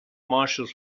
marshes